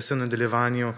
da v nadaljevanju